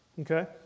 Okay